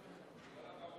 נשמע יותר